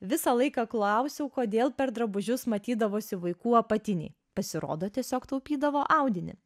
visą laiką klausiau kodėl per drabužius matydavosi vaikų apatiniai pasirodo tiesiog taupydavo audinį